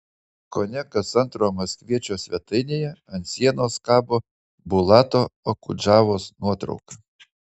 kone kas antro maskviečio svetainėje ant sienos kabo bulato okudžavos nuotrauka